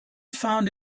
found